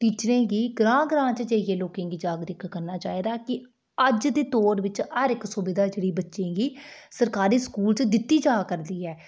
टीचरें गी ग्रांऽ ग्रांऽ च जाइयै लोकें गी जागरूक करना चाहिदा कि अज्ज दे दौर बिच हर इक सुविधा जेह्ड़ी बच्चें गी सरकारी स्कूल च दित्ती जा करदी ऐ